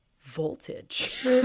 voltage